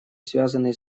связанные